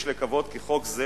יש לקוות כי חוק זה,